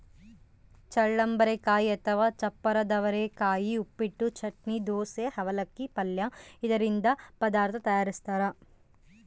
ಚಳ್ಳಂಬರೆಕಾಯಿ ಅಥವಾ ಚಪ್ಪರದವರೆಕಾಯಿ ಉಪ್ಪಿಟ್ಟು, ಚಟ್ನಿ, ದೋಸೆ, ಅವಲಕ್ಕಿ, ಪಲ್ಯ ಇದರಿಂದ ಪದಾರ್ಥ ತಯಾರಿಸ್ತಾರ